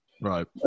Right